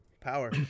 power